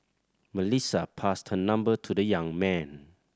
Melissa passed her number to the young man